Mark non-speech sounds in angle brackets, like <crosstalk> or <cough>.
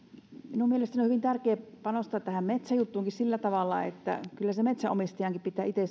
minun mielestäni on hyvin tärkeätä panostaa tähän metsäjuttuunkin sillä tavalla että kyllä sen metsänomistajankin pitää itse <unintelligible>